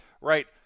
right